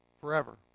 Forever